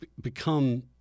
become